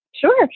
Sure